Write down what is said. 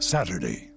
Saturday